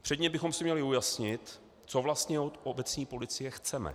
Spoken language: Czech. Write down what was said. Předně bychom si měli ujasnit, co vlastně od obecní policie chceme.